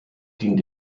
dient